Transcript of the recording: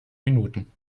minuten